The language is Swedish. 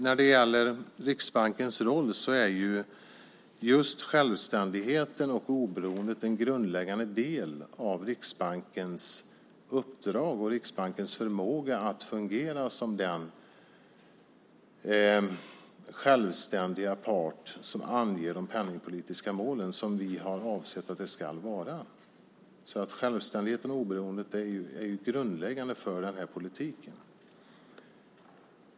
När det gäller Riksbankens roll är just självständigheten och oberoendet en grundläggande del av Riksbankens uppdrag och dess förmåga att fungera som den självständiga part som anger de penningpolitiska målen. Det är så vi har avsett att det ska vara. Självständigheten och oberoendet är grundläggande för den här politiken.